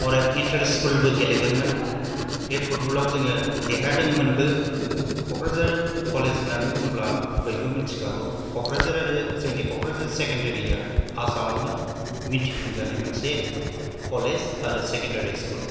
आरो इन्टार स्कूलबो गेलेदोंमोन बे फुटबलाव जोङो देरहादोंमोनबो ककराझार कलेज होन्नानै बुंब्ला बयबो मिन्थिखागौ ककराझार आरो जोंनि ककराझार सेकेन्डारिया आसामावनो मिन्थिफुंजानाय मोनसे कलेज आरो सेकेन्डारि स्कूल